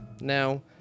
Now